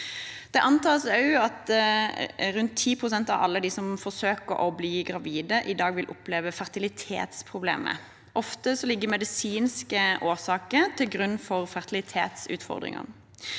Det antas i dag at rundt 10 pst. av alle dem som forsøker å bli gravide, i dag vil oppleve fertilitetsproblemer. Ofte ligger medisinske årsaker til grunn for fertilitetsutfordringene.